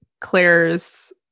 Claire's